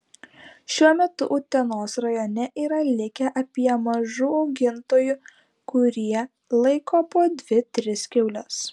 šiuo metu utenos rajone yra likę apie mažų augintojų kurie laiko po dvi tris kiaules